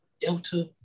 delta